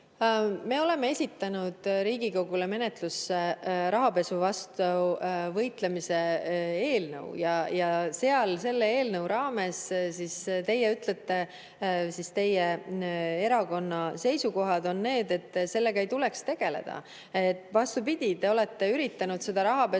Me oleme esitanud Riigikogu menetlusse rahapesu vastu võitlemise eelnõu. Selle eelnõu raames teie ütlete, teie erakonna seisukohad on need, et sellega ei tuleks tegeleda. Vastupidi, te olete üritanud seda rahapesuvastast